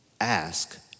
ask